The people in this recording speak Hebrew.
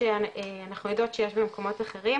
שאנחנו יודעות שיש במקומות אחרים.